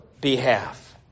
behalf